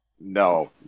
No